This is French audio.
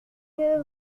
que